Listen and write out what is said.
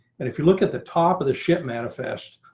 and if you look at the top of the ship manifest